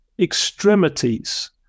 extremities